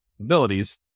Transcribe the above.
abilities